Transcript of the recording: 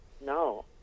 No